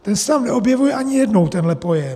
Ten se tam neobjevuje ani jednou, tenhle pojem.